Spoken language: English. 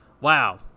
wow